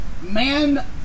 man